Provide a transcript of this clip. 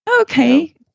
Okay